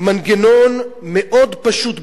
מנגנון מאוד פשוט,